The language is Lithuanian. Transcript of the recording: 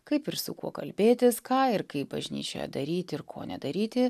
kaip ir su kuo kalbėtis ką ir kaip bažnyčioje daryti ir ko nedaryti